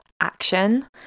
action